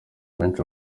abenshi